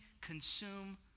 consume